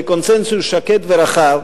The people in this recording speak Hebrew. בקונסנזוס שקט ורחב,